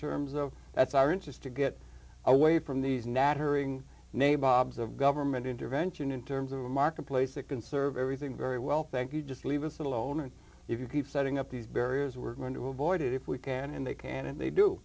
terms of that's our interest to get away from these nattering neighbor bobs of government intervention in terms of a marketplace that can serve everything very well thank you just leave us alone or if you keep setting up these barriers we're going to avoid it if we can and they can and they do